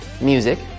Music